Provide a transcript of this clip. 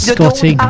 Scotty